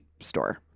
store